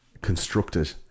constructed